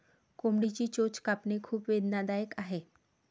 कोंबडीची चोच कापणे खूप वेदनादायक आहे